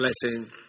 blessing